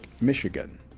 Michigan